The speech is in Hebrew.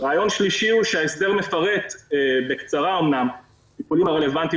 רעיון שלישי הוא שההסדר מפרט בקצרה את השיקולים הרלוונטיים